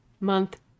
month